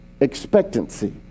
expectancy